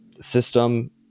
system